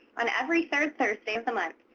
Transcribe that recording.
on every third thursday of the month,